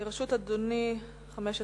לרשות אדוני 15 דקות.